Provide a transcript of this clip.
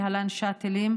להלן: שאטלים,